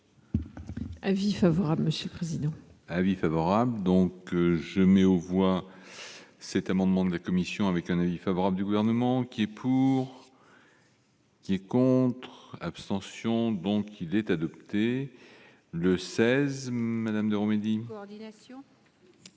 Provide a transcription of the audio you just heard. Avis favorable, Monsieur le Président. Avis favorable donc je mets aux voix cet amendement de la commission avec un avis favorable du gouvernement qui est pour. Qui est contre, abstention, donc il est adopté, le 16 madame Deromedi coordination.